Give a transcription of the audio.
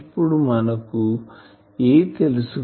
ఇప్పుడు మనకు A తెలుసు